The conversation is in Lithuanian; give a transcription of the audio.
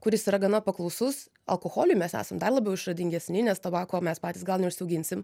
kuris yra gana paklausus alkoholiui mes esam dar labiau išradingesni nes tabako mes patys gal neužsiauginsim